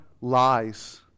lies